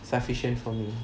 sufficient for me